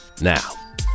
Now